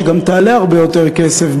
שגם תעלה הרבה יותר כסף,